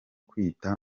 kwita